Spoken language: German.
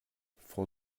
frau